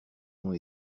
ont